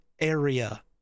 area